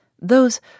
Those